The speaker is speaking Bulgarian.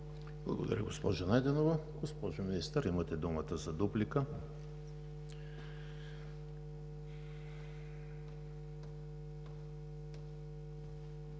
Благодаря Ви, госпожо Найденова. Госпожо Министър, имате думата за дуплика.